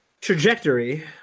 trajectory